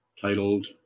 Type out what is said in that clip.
titled